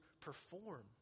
perform